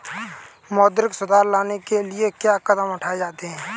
मौद्रिक सुधार लाने के लिए क्या कदम उठाए जाते हैं